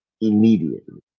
immediately